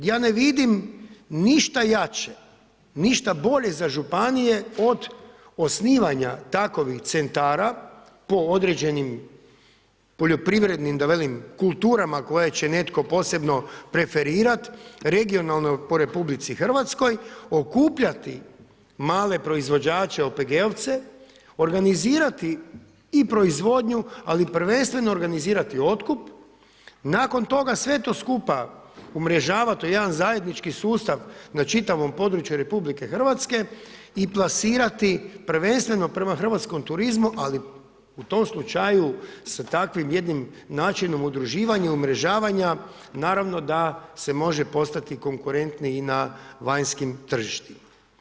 I ja ne vidim ništa jače, ništa bolje za županije od osnivanja takovih centara po određenim poljoprivrednim, da velim kulturama, koje će netko posebno preferirat, regionalno po RH, okupljati male proizvođače, OPG-ovce, organizirati i proizvodnju, ali prvenstveno organizirati otkup, nakon toga sve to skupa umrežavat u jedan zajednički sustav na čitavom području RH i plasirati prvenstveno prema hrvatskom turizmu ali u tom slučaju sa takvim jednim načinom udruživanja, umrežavanja naravno da se može postati konkurentni i na vanjskih tržištima.